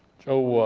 joe,